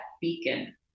beacon